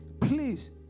please